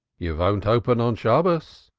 you won't open on shabbos?